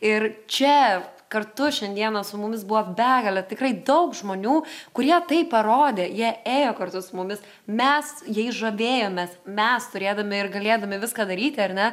ir čia kartu šiandieną su mumis buvo begalė tikrai daug žmonių kurie tai parodė jie ėjo kartu su mumis mes jais žavėjomės mes turėdami ir galėdami viską daryti ar ne